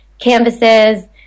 canvases